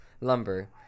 lumber